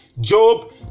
Job